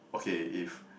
okay if